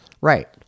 right